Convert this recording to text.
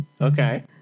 Okay